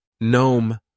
Nome